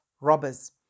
robbers